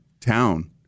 town